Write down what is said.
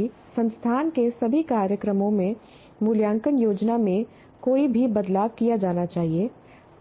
हालांकि संस्थान के सभी कार्यक्रमों में मूल्यांकन योजना में कोई भी बदलाव किया जाना चाहिए